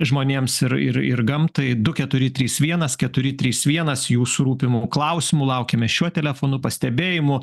žmonėms ir ir ir gamtai du keturi trys vienas keturi trys vienas jūsų rūpimų klausimų laukiame šiuo telefonu pastebėjimų